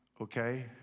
Okay